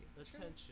attention